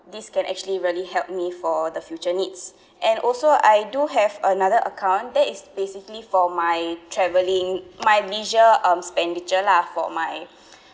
this can actually really helped me for the future needs and also I do have another account that is basically for my travelling my major um expenditure lah for my